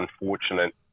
unfortunate